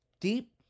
Deep